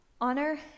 Honor